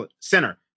center